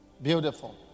Beautiful